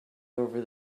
over